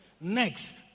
next